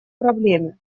проблеме